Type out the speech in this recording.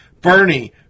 Bernie